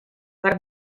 per